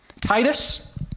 Titus